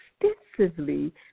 extensively